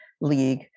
League